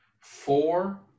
four